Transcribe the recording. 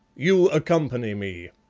you accompany me.